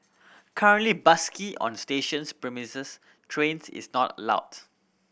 currently busking on stations premises trains is not allowed